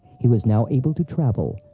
he was now able to travel,